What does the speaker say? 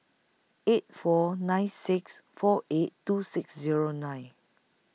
eight four nine six four eight two six Zero nine